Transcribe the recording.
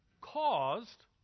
caused